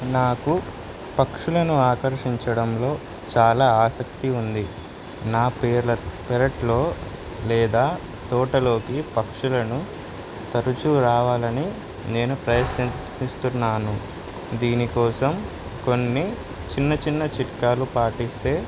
నాకు పక్షులను ఆకర్షించడంలో చాలా ఆసక్తి ఉంది నా పెరట్లో లేదా తోటలోకి పక్షులను తరచూ రావాలని నేను ప్రయత్నిస్తున్నాను దీనికోసం కొన్ని చిన్న చిన్న చిట్కాలు పాటిస్తే